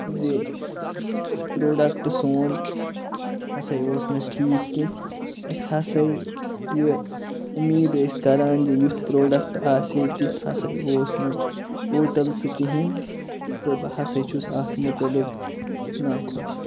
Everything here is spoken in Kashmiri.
زِ سُہ پروڈَکٹ سون ہَسا اوس نہٕ ٹھیٖک کینٛہہ أسۍ ہَسا یہِ اُمیٖد ٲسۍ کَران زِ یُتھ پروڈَکٹ آسہِ تیُتھ ہَسا اوس نہٕ ٹوٹَل سُہ کِہیٖنۍ تہٕ بہٕ ہَسا چھُس اتھ مُتعلِق نا خۄش